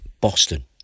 Boston